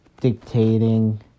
dictating